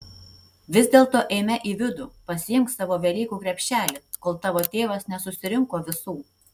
vis dėlto eime į vidų pasiimk savo velykų krepšelį kol tavo tėvas nesusirinko visų